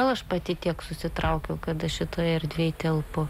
gal aš pati tiek susitraukiau kad aš šitoj erdvėj telpu